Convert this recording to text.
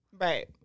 Right